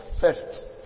first